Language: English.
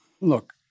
Look